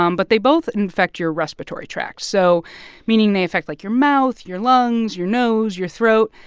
um but they both infect your respiratory tract, so meaning they affect, like, your mouth, your lungs, your nose, your throat.